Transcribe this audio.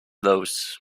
those